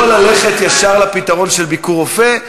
אין בעיה עם ההפרטה,